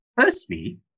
Firstly